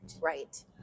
Right